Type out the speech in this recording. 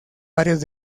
varios